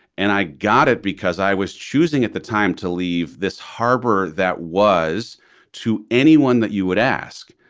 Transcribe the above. and i got it because i was choosing at the time to leave this harbor. that was to anyone that you would ask.